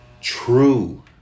true